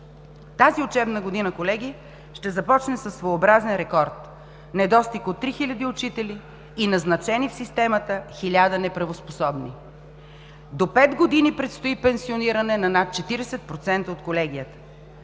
Тази учебна година, колеги, ще започне със своеобразен рекорд – недостиг от 3 хиляди учители и назначени в системата 1000 неправоспособни. До пет години предстои пенсиониране на над 40% от колегията.